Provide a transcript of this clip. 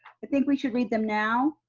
i think we should read them now.